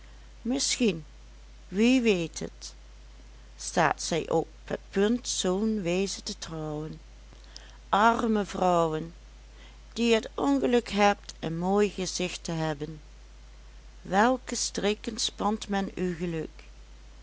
misschien wie weet het staat zij op het punt zoo'n wezen te trouwen arme vrouwen die het ongeluk hebt een mooi gezicht te hebben welke strikken spant men uw geluk